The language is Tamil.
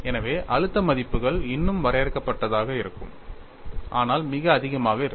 எனவே அழுத்த மதிப்புகள் இன்னும் வரையறுக்கப்பட்டதாக இருக்கும் ஆனால் மிக அதிகமாக இருக்கும்